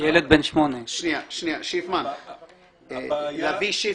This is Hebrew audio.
לביא שיפמן,